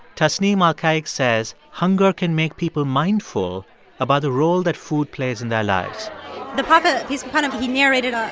tesneem alkiek says hunger can make people mindful about the role that food plays in their lives the prophet he's kind of he narrated, ah